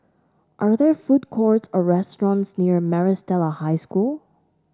are there food courts or restaurants near Maris Stella High School